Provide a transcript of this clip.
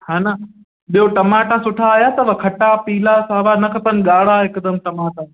हा न ॿियो टमाटा सुठा आया अथव खटा पीला सावा न खपनि ॻाढ़ा ऐं हिकदमि टमाटा